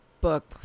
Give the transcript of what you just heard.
book